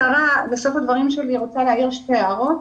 בסוף דבריי אני רוצה להעיר שתי הערות: